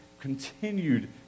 continued